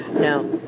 Now